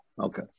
Okay